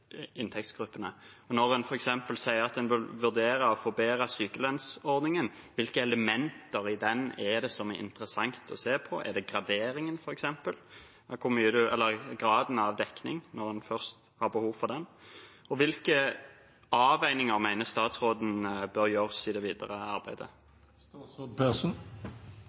Når en f.eks. sier at en vil vurdere å forbedre sykelønnsordningen, hvilke elementer i den er det da interessant å se på? Er det graderingen, f.eks., eller graden av dekning, når en først har behov for den? Og hvilke avveininger mener statsråden bør gjøres i det videre arbeidet?